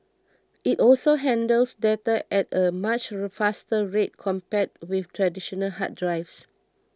it also handles data at a much faster rate compared with traditional hard drives